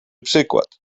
przykład